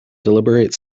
deliberate